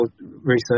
research